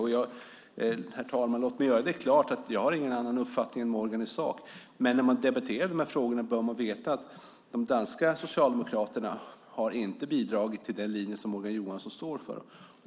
Och låt mig göra det klart, herr talman: Jag har ingen annan uppfattning än Morgan i sak, men när man debatterar de här frågorna bör man veta att de danska socialdemokraterna inte har bidragit till den linje som Morgan Johansson står för.